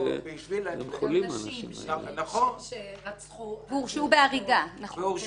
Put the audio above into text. הנשים שרצחו --- נכון.